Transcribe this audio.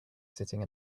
sitting